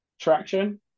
traction